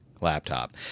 laptop